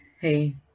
Hey